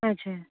हजुर